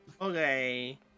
Okay